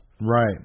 Right